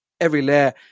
every-layer